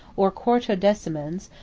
or quartodecimans,